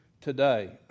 today